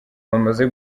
bamaze